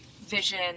vision